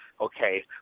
Okay